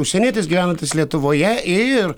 užsienietis gyvenantis lietuvoje ir